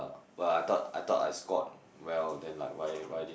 but I thought I thought I scored well then like why why did